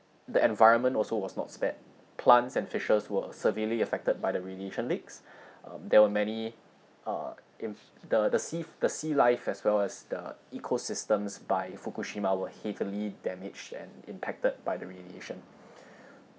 the environment also was not spared plants and fishes were severely affected by the radiation leaks um there were many uh if the the sea the sea life as well as the ecosystems by fukushima were heavily damaged and impacted by the radiation